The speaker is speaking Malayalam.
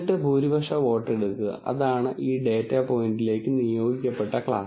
എന്നിട്ട് ഭൂരിപക്ഷ വോട്ട് എടുക്കുക അതാണ് ഈ ഡാറ്റ പോയിന്റിലേക്ക് നിയോഗിക്കപ്പെട്ട ക്ലാസ്